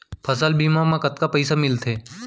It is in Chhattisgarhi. फसल बीमा म कतका पइसा मिलथे?